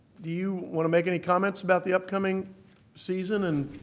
do you want to make any comments about the upcoming season and